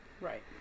Right